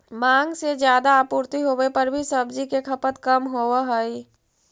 माँग से ज्यादा आपूर्ति होवे पर भी सब्जि के खपत कम होवऽ हइ